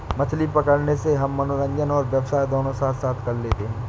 मछली पकड़ने से हम मनोरंजन और व्यवसाय दोनों साथ साथ कर लेते हैं